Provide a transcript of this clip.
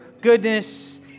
goodness